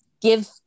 give